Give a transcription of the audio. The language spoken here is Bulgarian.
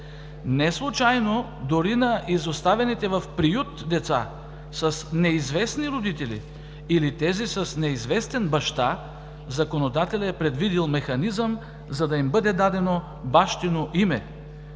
Неслучайно дори на изоставените в приют деца, с неизвестни родители или тези с неизвестен баща, законодателят е предвидил механизъм, за да им бъде дадено бащино име